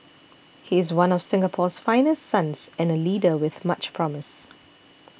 he is one of Singapore's finest sons and a leader with much promise